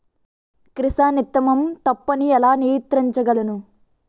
Chrysanthemum తప్పును ఎలా నియంత్రించగలను?